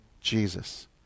Jesus